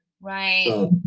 Right